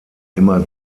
immer